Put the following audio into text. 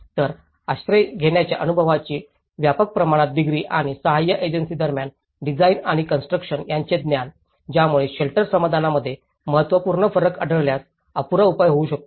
तर आश्रय घेण्याच्या अनुभवाची व्यापक प्रमाणात डिग्री आणि सहाय्य एजन्सी दरम्यान डिझाइन आणि कॉन्स्ट्रुकशन यांचे ज्ञान ज्यामुळे शेल्टर समाधानामध्ये महत्त्वपूर्ण फरक आढळल्यास अपुरा उपाय होऊ शकतो